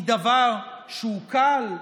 היא דבר שהוא קל,